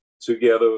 together